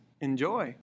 Enjoy